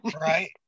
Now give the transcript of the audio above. Right